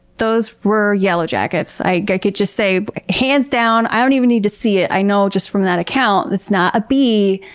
those were yellow jackets. i like could just say hands down, i don't even need to see it. i know just from that account it's not a bee.